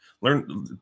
Learn